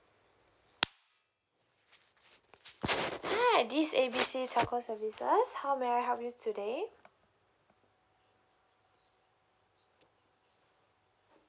hi this A B C telco services how may I help you today